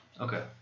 Okay